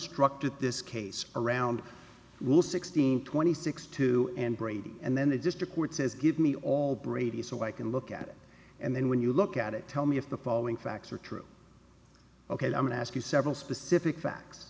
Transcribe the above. that this case around was sixteen twenty six two and brady and then the district court says give me all brady so i can look at it and then when you look at it tell me if the following facts are true ok i'm going to ask you several specific facts